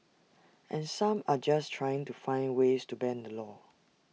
and some are just trying to find ways to bend the law